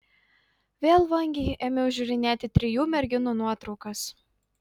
vėl vangiai ėmiau žiūrinėti trijų merginų nuotraukas